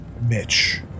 Mitch